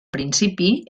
principi